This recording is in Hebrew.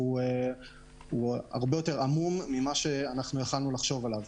והוא הרבה יותר עמום ממה שיכולנו לחשוב עליו.